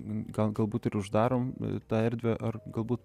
gal galbūt ir uždarom tą erdvę ar galbūt